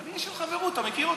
איש של חברות, אתה מכיר אותי.